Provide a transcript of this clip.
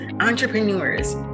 entrepreneurs